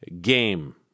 game